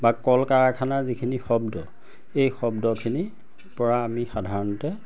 বা কল কাৰখানাৰ যিখিনি শব্দ এই শব্দখিনিৰ পৰা আমি সাধাৰণতে